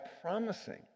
promising